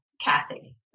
Kathy